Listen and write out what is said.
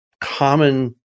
common